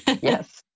Yes